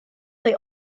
they